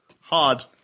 Hard